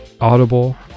Audible